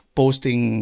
posting